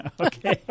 Okay